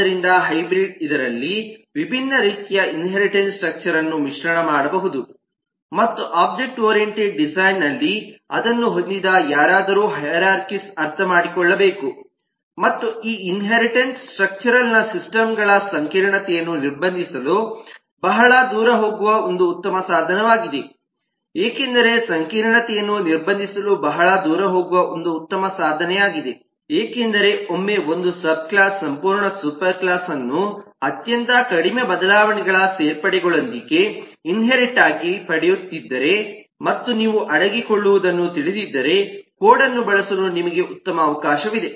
ಆದ್ದರಿಂದ ಹೈಬ್ರಿಡ್ ಇದರಲ್ಲಿ ವಿವಿಧ ರೀತಿಯ ಇನ್ಹೇರಿಟನ್ಸ್ ಸ್ಟ್ರಕ್ಚರ್ಅನ್ನು ಮಿಶ್ರಣ ಮಾಡಬಹುದು ಮತ್ತು ಒಬ್ಜೆಕ್ಟ್ ಓರಿಯೆಂಟೆಡ್ ಡಿಸೈನ್ಅಲ್ಲಿ ಅದನ್ನು ಹೊಂದಿದ ಯಾರಾದರೂ ಹೈರಾರ್ಖೀಸ್ಅನ್ನು ಅರ್ಥಮಾಡಿಕೊಳ್ಳಬೇಕು ಮತ್ತು ಈ ಇನ್ಹೇರಿಟೆಡ್ ಸ್ಟ್ರಕ್ಚರ್ನ ಸಿಸ್ಟಮ್ಗಳ ಸಂಕೀರ್ಣತೆಯನ್ನು ನಿರ್ಬಂಧಿಸಲು ಬಹಳ ದೂರ ಹೋಗುವ ಒಂದು ಉತ್ತಮ ಸಾಧನವಾಗಿದೆ ಏಕೆಂದರೆ ಒಮ್ಮೆ ಒಂದು ಸಬ್ ಕ್ಲಾಸ್ ಸಂಪೂರ್ಣ ಸೂಪರ್ಕ್ಲಾಸ್ಅನ್ನು ಅತ್ಯಂತ ಕಡಿಮೆ ಬದಲಾವಣೆಗಳ ಸೇರ್ಪಡೆಗಳೊಂದಿಗೆ ಇನ್ಹೇರಿಟ್ಆಗಿ ಪಡೆಯುತ್ತಿದ್ದರೆ ಮತ್ತು ನೀವು ಅಡಗಿಕೊಳ್ಳುವುದನ್ನು ತಿಳಿದಿದ್ದರೆ ಕೋಡ್ ಅನ್ನು ಬಳಸಲು ನಿಮಗೆ ಉತ್ತಮ ಅವಕಾಶವಿದೆ